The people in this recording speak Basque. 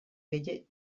gehigarriak